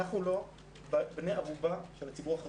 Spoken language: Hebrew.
אנחנו לא בני ערובה של הציבור החרדי.